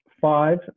five